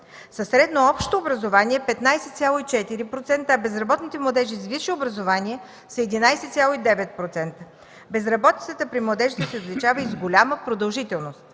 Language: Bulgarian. средно общо образование са 15,4%, а безработните младежи с висше образование са 11,9%. Безработицата при младежите се отличава и с голяма продължителност.